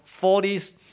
40s